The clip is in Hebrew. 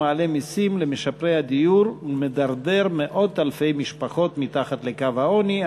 מעלה מסים למשפרי דיור ומדרדר מאות אלפי משפחות אל מתחת לקו העוני.